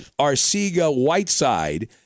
Arcega-Whiteside